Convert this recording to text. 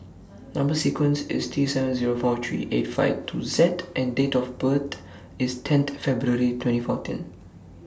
Number sequence IS T seven Zero four three eight five two Z and Date of birth IS tenth February twenty fourteen